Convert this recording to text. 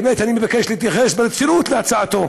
האמת, אני מבקש להתייחס ברצינות להצעתו